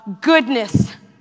goodness